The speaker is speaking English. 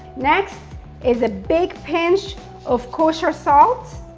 next is a big pinch of kosher salt.